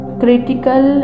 critical